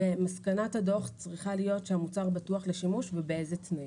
ומסקנת הדוח צריכה להיות שהמוצר בטוח לשימוש ובאיזה תנאים.